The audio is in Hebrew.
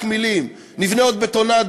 רק מילים: נבנה עוד בטונדות,